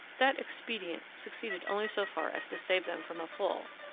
that expedient succeeded only so far as to save them from a fall,